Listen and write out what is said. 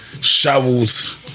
Shovels